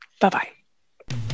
Bye-bye